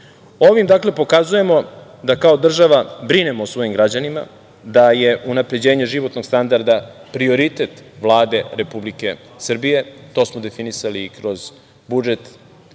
pomoć? Ovim pokazujemo da kao država brinemo o svojim građanima, da je unapređenje životnog standarda prioritet Vlade Republike Srbije, to smo definisali i kroz budžet